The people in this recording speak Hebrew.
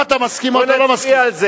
אנחנו נמתין,